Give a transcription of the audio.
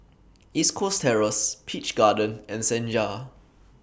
East Coast Terrace Peach Garden and Senja